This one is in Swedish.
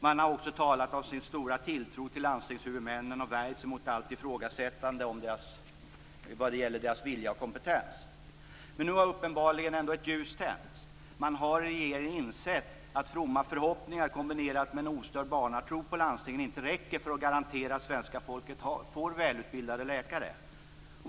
Man har också talat om sin stora tilltro till landstingshuvudmännen och värjt sig mot allt ifrågasättande av deras vilja och kompetens. Men nu har uppenbarligen ett ljus ändå tänts. Man har i regeringen insett att fromma förhoppningar kombinerade med en ostörd barnatro på landstingen inte räcker för att garantera att svenska folket får välutbildade läkare.